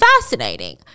fascinating